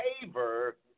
favor